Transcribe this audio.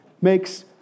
makes